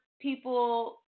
people